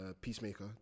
Peacemaker